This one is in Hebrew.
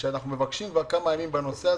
אנחנו מבקשים כבר כמה ימים מענה בנושא הזה.